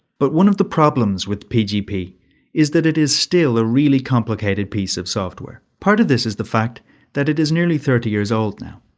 but one of the problems with pgp is that it still a really complicated piece of software. part of this is the fact that it is nearly thirty years old now.